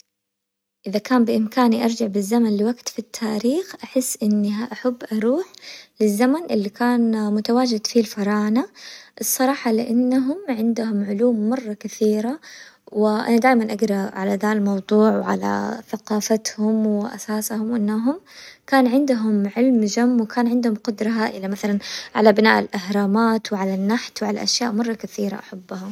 اذا كان بامكاني أرجع بالزمن لوقت في التاريخ احس اني احب اروح للزمن اللي كان متواجد فيه الفراعنة الصراحة، لانهم عندهم علوم مرة كثيرة وانا دايما اقرا على ذا الموضوع وعلى ثقافتهم واساس انهمن كان عندهم علم جم، وكان عندهم قدرة هائلة مثلا على بناء الاهرامات وعلى النحت وعلى اشياء مرة كثيرة احبها.